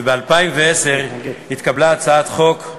וב-2010 התקבלה הצעת חוק,